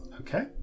Okay